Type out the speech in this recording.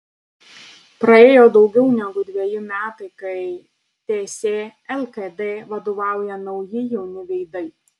praėjo daugiau negu dveji metai kai ts lkd vadovauja nauji jauni veidai